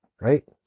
Right